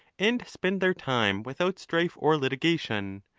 and spend their time vithout strife or litigation,